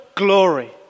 glory